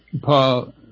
Paul